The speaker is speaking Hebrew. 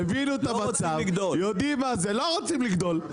הבינו את המצב, יודעים מה זה, לא רוצים לגדול.